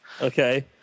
Okay